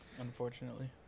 unfortunately